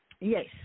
Yes